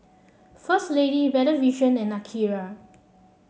First Lady Better Vision and Akira